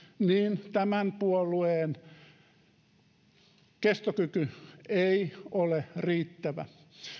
niin tämän hallituksen kestokyky ei ole riittävä